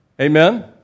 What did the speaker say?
Amen